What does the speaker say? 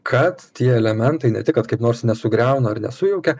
kad tie elementai ne tik kad kaip nors nesugriauna ar nesujaukia